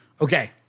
Okay